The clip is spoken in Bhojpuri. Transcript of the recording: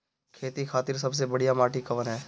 खेती खातिर सबसे बढ़िया माटी कवन ह?